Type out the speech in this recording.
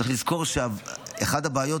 צריך לזכור שאחת הבעיות,